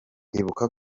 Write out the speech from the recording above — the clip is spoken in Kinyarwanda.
ibuka